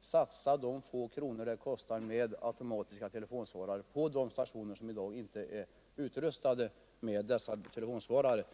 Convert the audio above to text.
satsa de få kronor som det kostar att installera automatiska telefonsvarare på de stationer som i dag inte är utrustade med sådana.